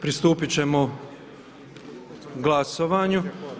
Pristupiti ćemo glasovanju.